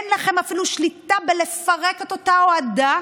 אין לכם שליטה אפילו בלפרק את אותה הועדה.